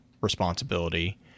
responsibility